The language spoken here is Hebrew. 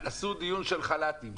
עשו דיון של חל"תים.